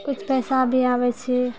कुछ पैसा भी आबै छै